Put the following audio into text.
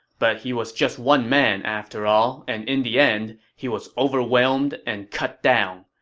but he was just one man after all, and in the end, he was overwhelmed and cut down.